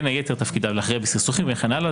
בין יתר תפקידיו להכריע בסכסוכים וכן הלאה,